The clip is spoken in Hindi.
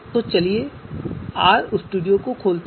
तो चलिए आर स्टूडियो खोलते हैं